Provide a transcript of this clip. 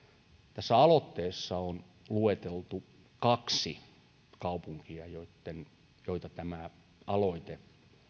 tässä aloitteessa on lueteltu kaksi kaupunkia joihin tämä aloite